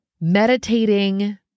meditating